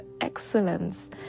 excellence